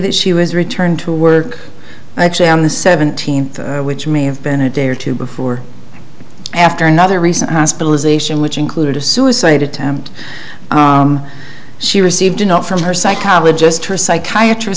that she was returned to work actually on the seventeenth which may have been a day or two before after another recent hospitalization which included a suicide attempt she received a note from her psychologist or psychiatr